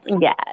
Yes